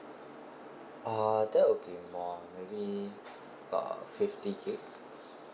uh that would be more maybe uh fifty gig